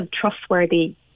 trustworthy